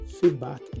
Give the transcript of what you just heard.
Feedback